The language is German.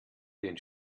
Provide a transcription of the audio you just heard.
den